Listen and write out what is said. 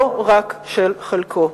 לא רק של חלקו,